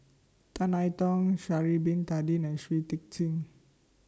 Tan I Tong Sha'Ari Bin Tadin and Shui Tit Sing